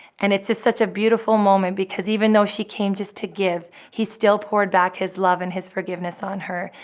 and it is such a beautiful moment because even though she came just to give, he still poured back his love and his forgiveness on her.